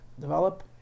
develop